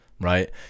Right